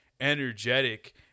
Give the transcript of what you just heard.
energetic